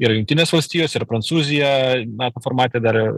yra jungtinės valstijos yra prancūzija nato formate dar